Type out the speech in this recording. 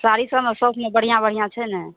साड़ी सबमे सबमे बढ़िआँ बढ़िआँ छै ने